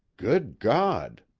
good god!